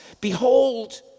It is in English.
Behold